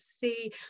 see